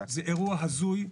זה אירוע הזוי,